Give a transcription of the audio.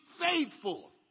faithful